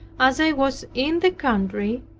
as i was in the country,